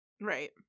Right